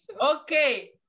Okay